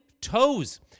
toes